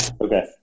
Okay